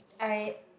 I